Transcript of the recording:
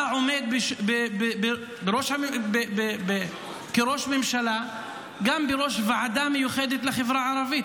אתה עומד כראש ממשלה גם בראש ועדה מיוחדת לחברה הערבית,